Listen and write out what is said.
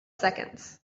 seconds